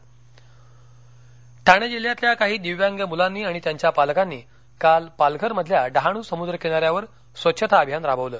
V C intro Palghar Thane जिल्ह्यातल्या काही दिव्यांग मुलांनी आणि त्यांच्या पालकांनी काल पालघर मधल्या डहाणू समूद्र किना यावर स्वच्छता अभियान राबवलं